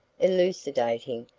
elucidating,